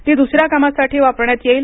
ती दूसऱ्या कामासाठी वापरण्यात येईल